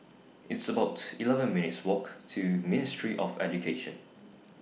It's about eleven minutes' Walk to Ministry of Education